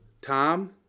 Tom